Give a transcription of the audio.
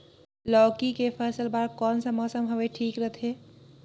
लौकी के फसल बार कोन सा मौसम हवे ठीक रथे?